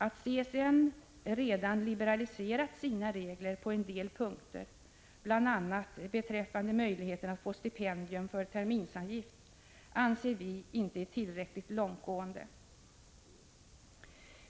Att CSN redan liberaliserat sina regler på en del punkter, bl.a. beträffande möjligheten att få stipendium för terminsavgift, anser vi inte är tillräckligt långtgående.